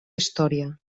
història